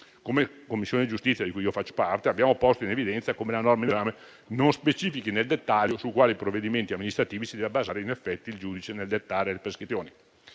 La Commissione giustizia, di cui faccio parte, ha posto in evidenza come la norma in esame non specifichi nel dettaglio su quali provvedimenti amministrativi si deve basare in effetti il giudice nel dettare le prescrizioni.